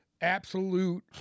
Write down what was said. Absolute